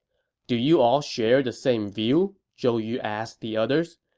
do you all share the same view? zhou yu asked the others.